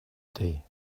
day